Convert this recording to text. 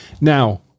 Now